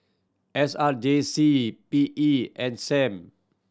S R J C P E and Sam